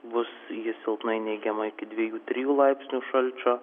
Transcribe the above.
bus ji silpnai neigiama iki dviejų trijų laipsnių šalčio